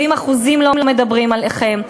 ואם אחוזים לא מדברים אליכם,